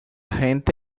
gente